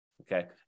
Okay